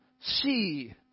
see